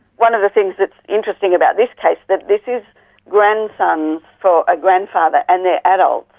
one of the things that's interesting about this case, that this is grandsons um for a grandfather and they are adults.